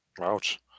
Ouch